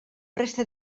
resta